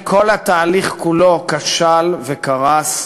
כי כל התהליך כולו כשל וקרס,